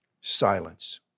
silence